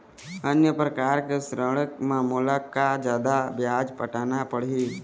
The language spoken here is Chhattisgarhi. अन्य प्रकार के ऋण म मोला का जादा ब्याज पटाना पड़ही?